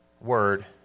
word